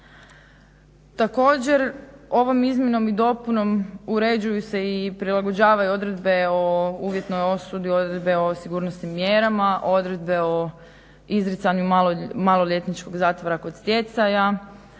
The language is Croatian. Također, ovom izmjenom i dopunom uređuju se i prilagođavaju odredbe o uvjetnoj osudi, odredbe o sigurnosnim mjerama, odredbe o izricanju maloljetničkog zatvora kod stjecaja